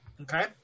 Okay